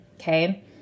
okay